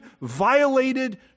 violated